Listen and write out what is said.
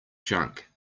junk